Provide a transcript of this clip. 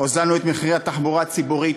הוזלנו את מחירי התחבורה הציבורית.